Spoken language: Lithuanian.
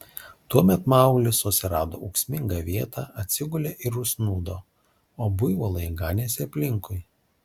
tuomet mauglis susirado ūksmingą vietą atsigulė ir užsnūdo o buivolai ganėsi aplinkui